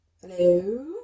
Hello